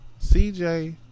CJ